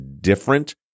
different